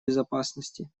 безопасности